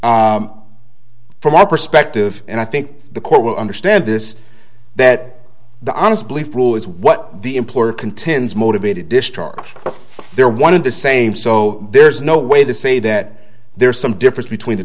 from our perspective and i think the court will understand this that the honest belief rule is what the employer contends motivated discharge there one in the same so there's no way to say that there is some difference between the